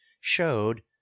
showed